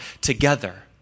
together